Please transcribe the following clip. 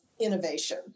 innovation